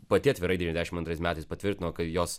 pati atvirai devyniasdešim antrais metais patvirtino kad jos